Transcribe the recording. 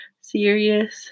serious